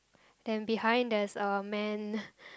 and behind there's a man